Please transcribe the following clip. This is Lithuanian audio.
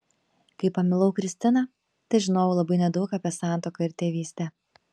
kai pamilau kristiną težinojau labai nedaug apie santuoką ir tėvystę